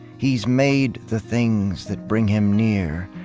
he's made the things that bring him near,